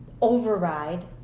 override